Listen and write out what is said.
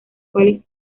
cuales